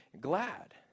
glad